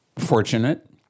Fortunate